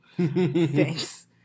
Thanks